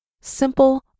Simple